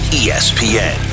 espn